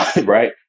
Right